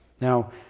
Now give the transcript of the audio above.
Now